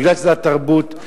בגלל התרבות.